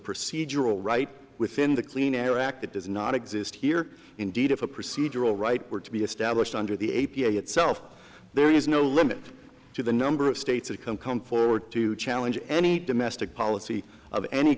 procedural right within the clean air act it does not exist here indeed if a procedural right were to be established under the a p a itself there is no limit to the number of states that come come forward to challenge any domestic policy of any